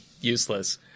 useless